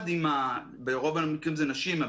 ברוב המקרים זה נשים,